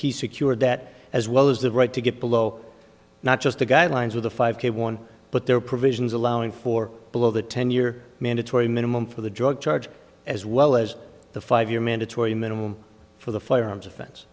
he secured that as well as the right to get below not just the guidelines of the five k one but there are provisions allowing for below the ten year mandatory minimum for the drug charge as well as the five year mandatory minimum for the firearms offen